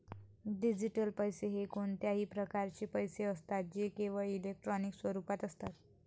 digital पैसे हे कोणत्याही प्रकारचे पैसे असतात जे केवळ इलेक्ट्रॉनिक स्वरूपात असतात